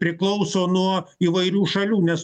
priklauso nuo įvairių šalių nes